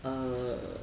err